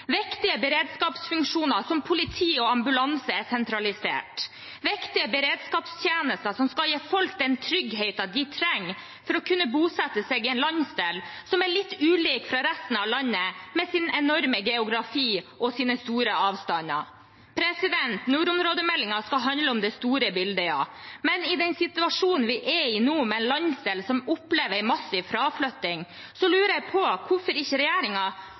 Viktige beredskapsfunksjoner som politi og ambulanse er sentralisert, viktige beredskapstjenester som skal gi folk den tryggheten de trenger for å kunne bosette seg i en landsdel som er litt ulik fra resten av landet med sin enorme geografi og sine store avstander. Nordområdemeldingen skal handle om det store bildet, ja. Men i den situasjonen vi er i nå, med en landsdel som opplever masse fraflytting, lurer jeg på hvorfor ikke